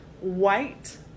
white